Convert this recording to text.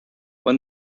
when